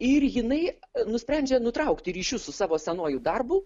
ir jinai nusprendžia nutraukti ryšius su savo senuoju darbu